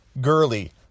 Gurley